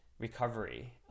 Recovery